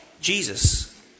Jesus